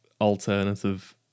alternative